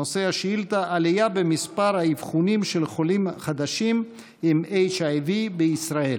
נושא השאילתה: עלייה במספר האבחונים של חולים חדשים עם HIV בישראל.